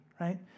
right